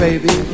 Baby